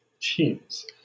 teams